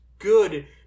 Good